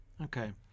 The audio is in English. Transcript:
Okay